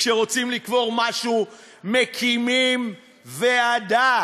כשרוצים לקבור משהו מקימים ועדה.